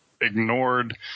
ignored